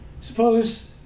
suppose